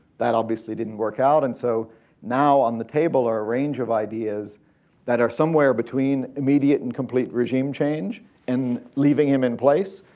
that obviously didnt work out, and so now on the table are a range of ideas that are somewhere between immediate and complete regime change and leaving him in place,